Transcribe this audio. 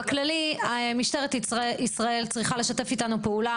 בכללי משטרת ישראל צריכה לשתף איתנו פעולה